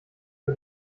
für